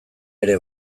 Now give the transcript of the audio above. ere